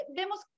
vemos